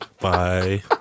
Bye